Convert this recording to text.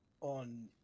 on